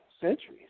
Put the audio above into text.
centuries